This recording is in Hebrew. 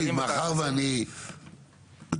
מאחר ואני מתכנן,